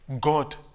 God